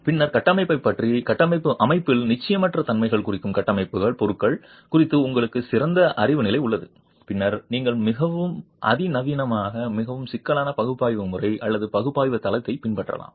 பின்னர் கட்டமைப்பைப் பற்றி கட்டமைப்பு அமைப்பில் நிச்சயமற்ற தன்மைகள் குறைக்கும் கட்டமைப்பு பொருட்கள் குறித்து உங்களுக்கு சிறந்த அறிவு நிலை உள்ளது பின்னர் நீங்கள் மிகவும் அதிநவீன மிகவும் சிக்கலான பகுப்பாய்வு முறை அல்லது பகுப்பாய்வு தளத்தை பின்பற்றலாம்